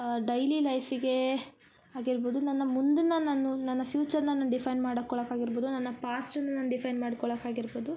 daily ಲೈಫಿಗೇ ಆಗಿರ್ಬೋದು ನನ್ನ ಮುಂದಿನ ನಾನು ನನ್ನ ಫ್ಯುಚರ್ನ ನಾನು ಡಿಫೈನ್ ಮಾಡಕೊಳ್ಳಾಕ ಆಗಿರ್ಬೋದು ನನ್ನ ಫಾಸ್ಟನ್ನ ನಾನು ಡಿಫೈನ್ ಮಾಡ್ಕೊಳ್ಳಾಕ ಆಗಿರ್ಬೋದು ನನ್ಗ ಎಜುಕೇಶನ್ ಅನ್ನೋದು ತುಂಬ ಇಂಪಾರ್ಟೆಂಟ್ ಆಗತ್ತೆ